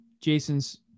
Jason's